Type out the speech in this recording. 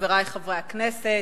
חברי חברי הכנסת,